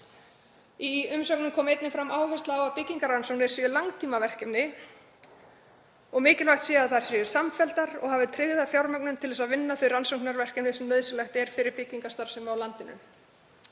Í umsögnum kom einnig fram áhersla á að byggingarrannsóknir séu langtímaverkefni og mikilvægt að þær séu samfelldar og hafi trygga fjármögnun til að vinna þau rannsóknarverkefni sem nauðsynlegt er fyrir byggingarstarfsemi á landinu.